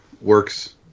works